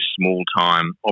small-time